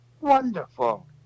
Wonderful